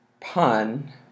pun